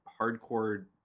hardcore